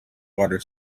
water